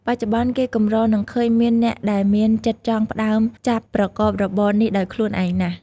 បច្ចុប្បន្ន គេកម្រនឹងឃើញមានអ្នកដែលមានចិត្តចង់ផ្ដើមចាប់ប្រកបរបរនេះដោយខ្លួនឯងណាស់។